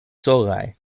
solaj